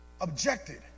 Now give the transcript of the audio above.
objected